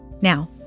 Now